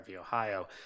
Ohio